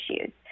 issues